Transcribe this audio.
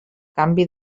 canvi